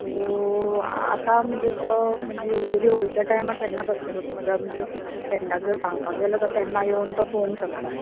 so आतां म्हणजे तो म्हणजे युजली होलिच्या टायमार तेन्नाच आसतलो म्हज्या म्हणजे फ्रेंडाक जर सांगपाक जाय जाल्यार तो तेन्ना योवन तो पळोवंक शकता